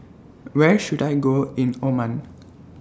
Where should I Go in Oman